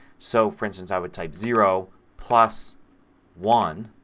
so, for instance, i would type zero plus one.